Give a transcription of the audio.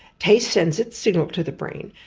taste sends its signal to the brain,